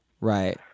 Right